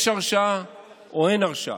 יש הרשעה או אין הרשעה,